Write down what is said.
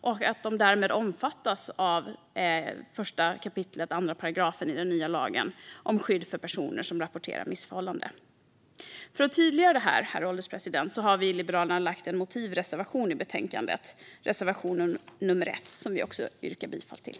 Därmed ska de omfattas av 1 kap. 2 § i den nya lagen om skydd för personer som rapporterar om missförhållanden. För att tydliggöra detta, herr ålderspresident, har vi i Liberalerna lämnat en motivreservation i betänkandet, reservation nummer 1, som vi också yrkar bifall till.